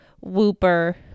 whooper